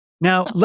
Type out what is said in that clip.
Now